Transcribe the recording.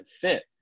fit